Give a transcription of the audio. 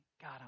God